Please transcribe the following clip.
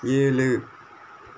ஏழு